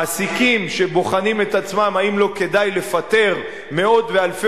מעסיקים שבוחנים את עצמם האם לא כדאי לפטר מאות ואלפי